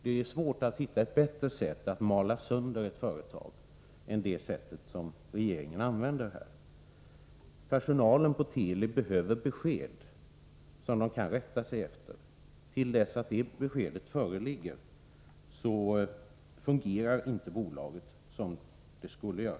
Det är svårt att hitta ett bättre sätt att mala sönder ett företag än det sätt som regeringen här använder. Personalen på Teli behöver besked som den kan rätta sig efter. Till dess att det beskedet föreligger fungerar inte bolaget som det skall göra.